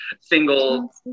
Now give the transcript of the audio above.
single